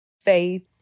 faith